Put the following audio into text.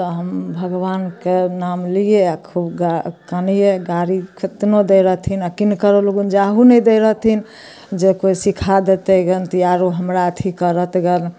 तऽ हम भगवानके नाम लियै आओर खूब कनियै गारि कितनो दै रहथिन आओर किनकरो लगन जाहू नहि दै रहथिन जे किछु सीखा देतय गन तऽ ई आरो हमरा अथी करत गन